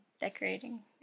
decorating